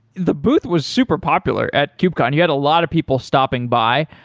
the booth was super popular at kubecon. you had a lot of people stopping by.